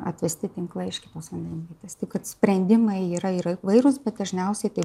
atvesti tinklai iš kitos vandenvietės taip kad sprendimai yra įvairūs bet dažniausiai tai